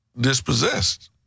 dispossessed